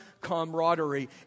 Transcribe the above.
camaraderie